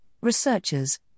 researchers